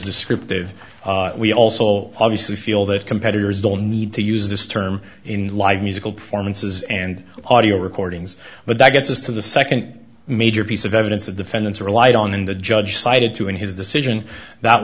descriptive we also obviously feel that competitors don't need to use this term in live musical performances and audio recordings but that gets us to the second major piece of evidence that defendants relied on and the judge cited to in his decision that